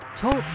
Talk